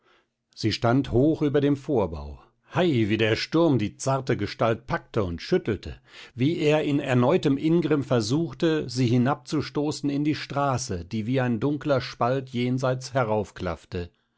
sie stand hoch über dem vorbau hei wie der sturm die zarte gestalt packte und schüttelte wie er in erneutem ingrimm versuchte sie hinabzustoßen in die straße die wie ein dunkler spalt jenseits